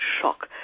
shock